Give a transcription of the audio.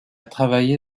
travaillé